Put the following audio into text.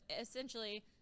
essentially